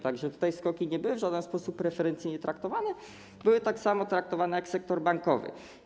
Tak że tutaj SKOK-i nie były w żaden sposób preferencyjnie traktowane, były tak samo traktowane jak sektor bankowy.